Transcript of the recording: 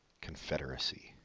confederacy